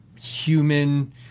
human